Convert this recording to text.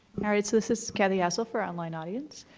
alright, so this is kathy hassell, for online audience.